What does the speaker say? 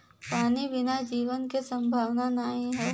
पानी बिना जीवन के संभावना नाही हौ